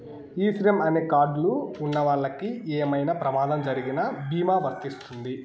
ఈ శ్రమ్ అనే కార్డ్ లు ఉన్నవాళ్ళకి ఏమైనా ప్రమాదం జరిగిన భీమా వర్తిస్తుంది